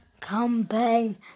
campaign